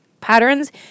patterns